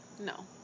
no